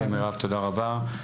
מרב, תודה רבה.